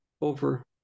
over